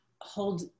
hold